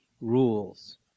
rules